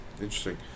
interesting